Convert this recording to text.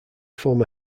former